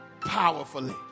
powerfully